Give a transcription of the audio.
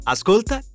Ascolta